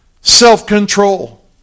self-control